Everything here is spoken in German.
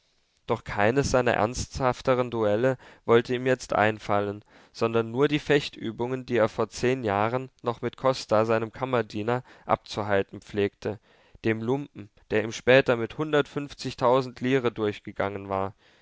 doch keines seiner ernsthafteren duelle wollte ihm jetzt einfallen sondern nur die fechtübungen die er vor zehn jahren noch mit costa seinem kammerdiener abzuhalten pflegte dem lumpen der ihm später mit hundertfünfzigtausend lire durchgegangen war